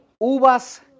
uvas